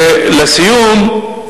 ולסיום,